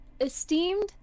esteemed